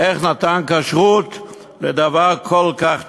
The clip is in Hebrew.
איך הוא נתן כשרות לדבר כל כך טרף?